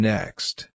Next